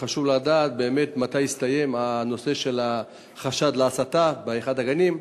חשוב לדעת מתי יסתיים הנושא של החשד להצתה באחד הגנים.